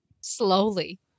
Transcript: Slowly